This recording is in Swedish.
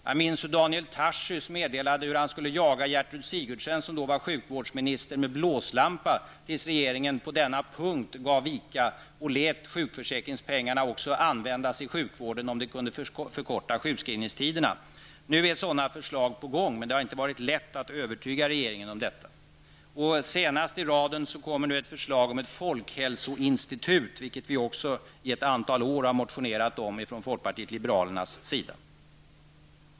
Jag minns hur Daniel Tarschys meddelade att han skulle jaga Gertrud Sigurdsen, som då var socialminister, med blåslampa tills regeringen på denna punkt gav vika och lät sjukförsäkringspengarna också användas i sjukvården, om det kunde förkorta sjukskrivningstiderna. Nu är sådana förslag på gång, men det har inte varit lätt att övertyga regeringen om detta. Senast i raden kommer nu ett förslag om ett folkhälsoinstitut, vilket vi också i ett antal år har motionerat om från folkpartiet liberalerna.